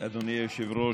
היושב-ראש,